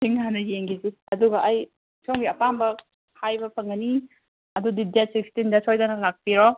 ꯆꯤꯡ ꯍꯥꯟꯅ ꯌꯦꯡꯒꯤꯁꯤ ꯑꯗꯨꯒ ꯑꯩ ꯁꯣꯝꯒꯤ ꯑꯄꯥꯝꯕ ꯍꯥꯏꯕ ꯐꯪꯒꯅꯤ ꯑꯗꯨꯗꯤ ꯗꯦꯠ ꯁꯤꯛꯁꯇꯤꯟꯗ ꯁꯣꯏꯗꯅ ꯂꯥꯛꯄꯤꯔꯣ